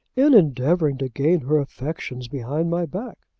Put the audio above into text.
in endeavouring to gain her affections behind my back.